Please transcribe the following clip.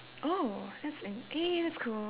oh that's eh that's cool